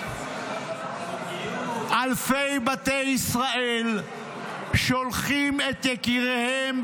אלפי בתי ישראל שולחים את יקיריהם,